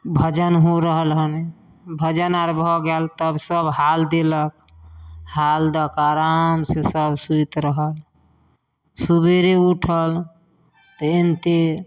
भजन हो रहल हइ भजन आर भऽ गेल तब सब हाल देलक हाल दऽ कऽ आराम से सब सुति रहल सुबेरे उठल तेहनते